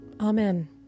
Amen